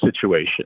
situation